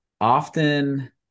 often